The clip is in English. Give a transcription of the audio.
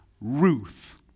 Ruth